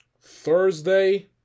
Thursday